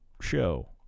show